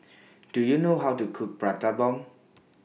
Do YOU know How to Cook Prata Bomb